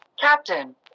Captain